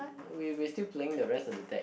no we we are still playing the rest of the deck